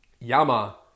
Yama